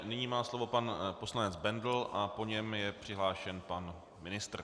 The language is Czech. Nyní má slovo pan poslanec Bendl a po něm je přihlášen pan ministr.